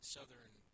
Southern